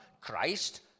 Christ